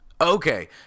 Okay